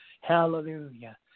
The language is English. hallelujah